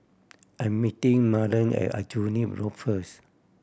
I'm meeting Marlen at Aljunied Road first